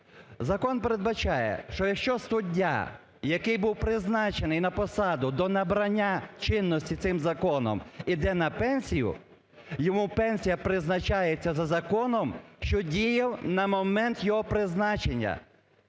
Закон передбачає, що якщо суддя, який був призначений на посаду до набрання чинності цим законом, іде на пенсію, йому пенсія призначається за законом, що діяв на момент його призначення.